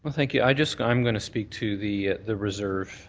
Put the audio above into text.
thank you. i just i'm going to speak to the the reserve.